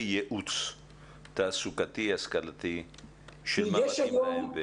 ייעוץ תעסוקתי השכלתי לתחום שמתאים להם?